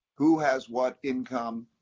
who has what income,